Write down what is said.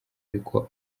ariko